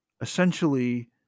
essentially